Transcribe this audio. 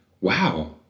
wow